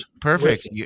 Perfect